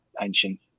ancient